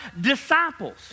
disciples